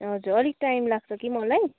हजुर अलिक टाइम लाग्छ कि मलाई